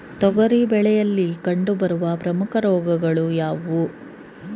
ತೊಗರಿ ಬೆಳೆಯಲ್ಲಿ ಕಂಡುಬರುವ ಪ್ರಮುಖ ರೋಗಗಳು ಯಾವುವು?